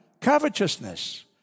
Covetousness